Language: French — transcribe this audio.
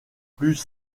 plus